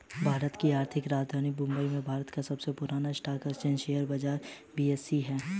भारत की आर्थिक राजधानी मुंबई में भारत का सबसे पुरान स्टॉक एक्सचेंज शेयर बाजार बी.एस.ई हैं